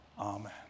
Amen